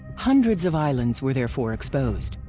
hundreds of islands were therefore exposed.